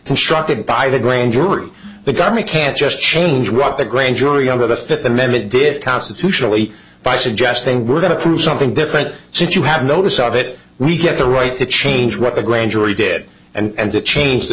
constructed by the grand jury the government can't just change what the grand jury under the fifth amendment did constitutionally by suggesting we're going to prove something different since you have notice of it we get the right to change what the grand jury did and to change the